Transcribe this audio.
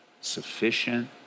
sufficient